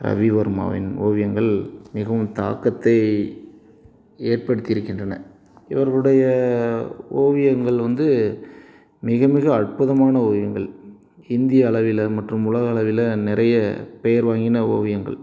ரவிவர்மாவின் ஓவியங்கள் மிகவும் தாக்கத்தை ஏற்படுத்தியிருக்கின்றன இவர்களுடைய ஓவியங்கள் வந்து மிக மிக அற்புதமான ஓவியங்கள் இந்திய அளவில் மற்றும் உலகளவில் நிறைய பெயர் வாங்கின ஓவியங்கள்